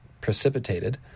precipitated